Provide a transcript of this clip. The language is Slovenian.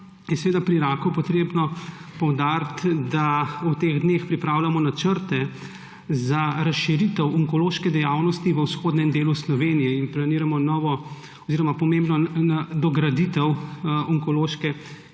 pri raku potrebno poudariti, da v teh dneh pripravljamo načrte za razširitev onkološke dejavnosti v vzhodnem delu Slovenije in planiramo novo oziroma pomembno dograditev onkološke